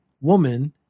woman